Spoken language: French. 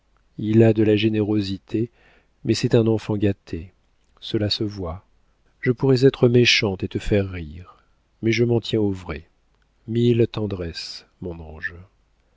il a de la générosité mais c'est un enfant gâté cela se voit je pourrais être méchante et te faire rire mais je m'en tiens au vrai mille tendresses mon ange